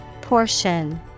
Portion